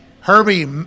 herbie